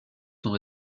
sont